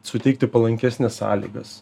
suteikti palankesnes sąlygas